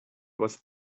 was